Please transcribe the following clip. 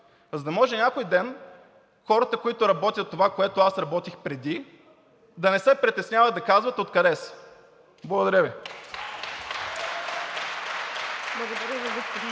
за да може някой ден хората, които работят това, което аз работих преди, да не се притесняват да казват откъде са. Благодаря Ви.